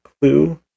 clue